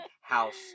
House